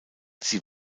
sie